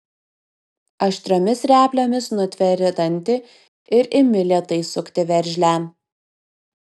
aštriomis replėmis nutveri dantį ir imi lėtai sukti veržlę